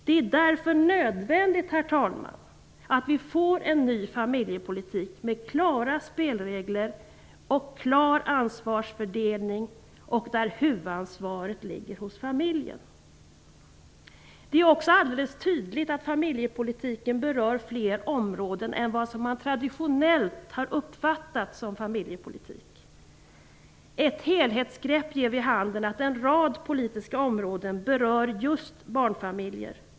Det är därför nödvändigt, herr talman, att vi får en ny familjepolitik med klara spelregler och klar ansvarsfördelning, där huvudansvaret ligger hos familjen. Det är också alldeles tydligt att familjepolitiken berör fler områden än vad som traditionellt har uppfattats som familjepolitik. Ett helhetsgrepp ger vid handen att en rad politiska områden berör just barnfamiljer.